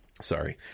Sorry